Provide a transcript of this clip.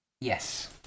yes